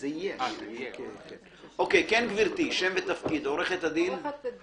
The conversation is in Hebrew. עמדתי שונה מעמדת חברי כנסת שנושא התחבורה הציבורית מאוד יקר להם,